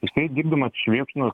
jisai dirbdamas švėkšnos